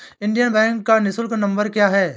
Indian Bank का निःशुल्क number क्या है?